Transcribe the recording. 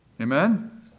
Amen